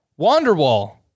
Wanderwall